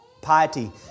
Piety